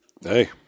Hey